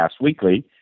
weekly